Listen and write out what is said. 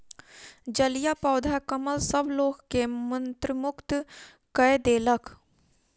जलीय पौधा कमल सभ लोक के मंत्रमुग्ध कय देलक